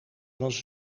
was